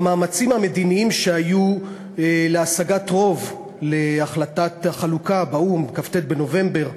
במאמצים המדיניים שהיו להשגת רוב להחלטת החלוקה באו"ם בכ"ט בנובמבר,